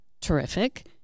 terrific